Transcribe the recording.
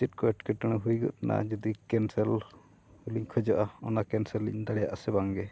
ᱪᱮᱫ ᱠᱚ ᱮᱴᱠᱮᱴᱚᱬᱮ ᱦᱩᱭᱩᱜ ᱠᱟᱱᱟ ᱡᱩᱫᱤ ᱞᱤᱧ ᱠᱷᱚᱡᱚᱜᱼᱟ ᱚᱱᱟ ᱞᱤᱧ ᱫᱟᱲᱮᱭᱟᱜᱼᱟ ᱥᱮ ᱵᱟᱝᱜᱮ